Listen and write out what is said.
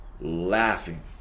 laughing